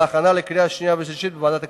להכנה לקריאה השנייה והקריאה השלישית בוועדת הכספים.